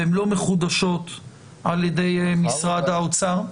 והן לא מחודשות על ידי משרד האוצר.